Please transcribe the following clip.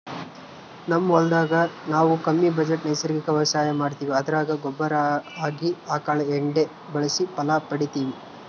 ನಮ್ ಹೊಲದಾಗ ನಾವು ಕಮ್ಮಿ ಬಜೆಟ್ ನೈಸರ್ಗಿಕ ವ್ಯವಸಾಯ ಮಾಡ್ತೀವಿ ಅದರಾಗ ಗೊಬ್ಬರ ಆಗಿ ಆಕಳ ಎಂಡೆ ಬಳಸಿ ಫಲ ಪಡಿತಿವಿ